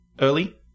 early